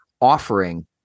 offering